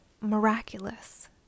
miraculous